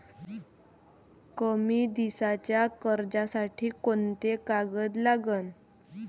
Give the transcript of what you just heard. कमी दिसाच्या कर्जासाठी कोंते कागद लागन?